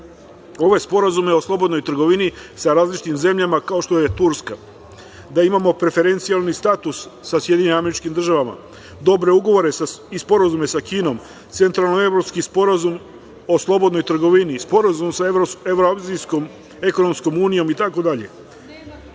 ove sporazume o slobodnoj trgovini sa različitim zemljama, kao što je Turska, da imamo preferencijalni status sa SAD, dobre ugovore i sporazume sa Kinom, Centralno-evropski sporazum o slobodnoj trgovini, Sporazum sa Evroazijskom ekonomskom unijom